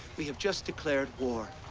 we have just declared war.